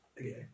Okay